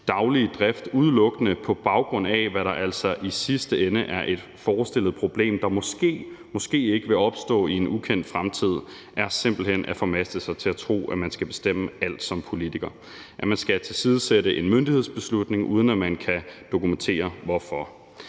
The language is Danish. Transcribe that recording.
daglige drift, udelukkende på baggrund af hvad der altså i sidste ende er et forestillet problem, der måske eller måske ikke vil opstå i en ukendt fremtid, er simpelt hen at formaste sig til at tro, at man som politiker skal bestemme alt, og at man skal tilsidesætte en myndighedsbeslutning, uden at man kan dokumentere hvorfor.